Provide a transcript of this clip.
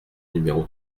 numéro